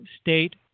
state